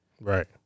Right